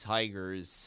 Tigers